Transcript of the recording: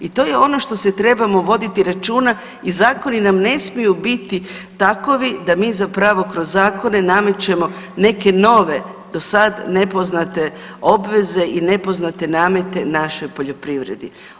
I to je ono što se trebamo voditi računa i zakoni nam ne smiju biti takovi da mi zapravo kroz zakone namećemo neke nove do sad nepoznate obveze i nepoznate namete našoj poljoprivrede.